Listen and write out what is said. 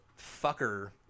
fucker